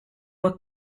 were